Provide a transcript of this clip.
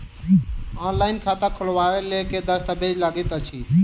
Online खाता खोलबय लेल केँ दस्तावेज लागति अछि?